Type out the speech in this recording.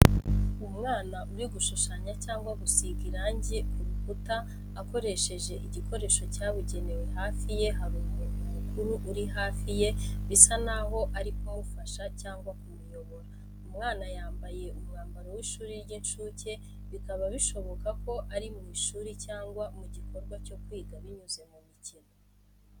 Umwana uri gushushanya cyangwa gusiga irangi ku rukuta akoresheje igikoresho cyabugenewe hafi ye hari umuntu mukuru uri hafi ye, bisa n'aho ari kumufasha cyangwa kumuyobora. Umwana yambaye umwambaro w’ishuri ry’incuke bikaba bishoboka ko ari mu ishuri cyangwa mu gikorwa cyo kwiga binyuze mu mikino.